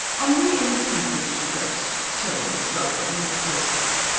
henri and miss fink reached her first. tillie, the scrub-woman, was a close third.